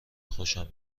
خوشم